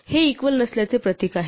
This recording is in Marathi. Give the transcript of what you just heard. हे इकवल नसल्याचे प्रतीक आहे